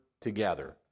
together